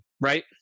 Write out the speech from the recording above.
right